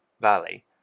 valley